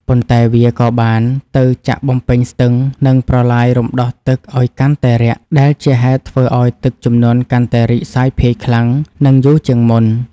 ប៉ុន្តែវាក៏បានទៅចាក់បំពេញស្ទឹង និងប្រឡាយរំដោះទឹកឱ្យកាន់តែរាក់ ដែលជាហេតុធ្វើឱ្យទឹកជំនន់កាន់តែរីកសាយភាយខ្លាំង និងយូរជាងមុន។